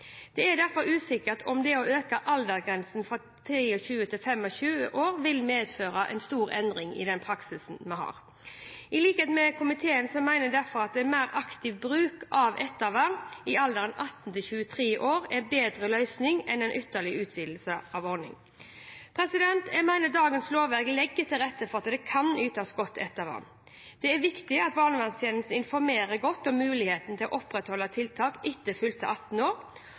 Det er derfor usikkert om det å øke aldersgrensen fra 23 til 25 år vil medføre stor endring i praksis. I likhet med komiteen mener jeg derfor at en mer aktiv bruk av ettervern i alderen 18–23 år er en bedre løsning enn en ytterligere utvidelse av ordningen. Jeg mener dagens lovverk legger til rette for at det kan ytes godt ettervern. Det er viktig at barnevernstjenesten informerer godt om muligheten til å opprettholde tiltak etter fylte 18 år.